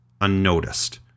unnoticed